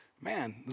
man